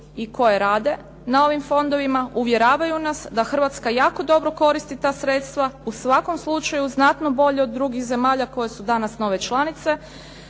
i koje rade na ovim fondovima uvjeravaju nas da Hrvatska jako dobro koristi ta sredstva u svakom slučaju znatno bolje od drugih zemalja koje su danas nove članice,